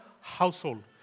household